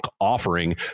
offering